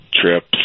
trips